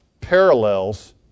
parallels